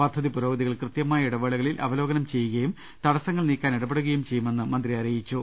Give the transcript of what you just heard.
പദ്ധതി പുരോഗതികൾ കൃത്യമായ ഇട വേളകളിൽ അവലോകനം ചെയ്യുകയും തടസ്സങ്ങൾ നീക്കാൻ ഇട പെടുകയും ചെയ്യുമെന്ന് മന്ത്രി പറഞ്ഞു